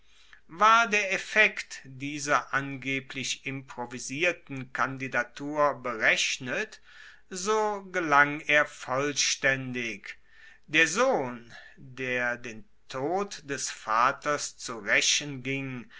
war der effekt dieser angeblich improvisierten kandidatur berechnet so gelang er vollstaendig der sohn der den tod des vaters zu raechen ging